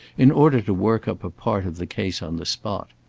in order to work up a part of the case on the spot.